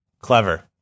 Clever